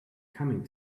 coming